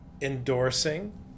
endorsing